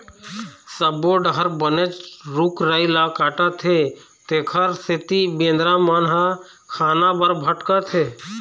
सब्बो डहर बनेच रूख राई ल काटत हे तेखर सेती बेंदरा मन ह खाना बर भटकत हे